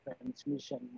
transmission